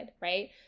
right